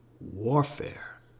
warfare